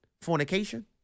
Fornication